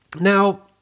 Now